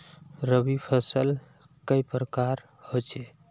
रवि फसल कई प्रकार होचे?